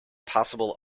possible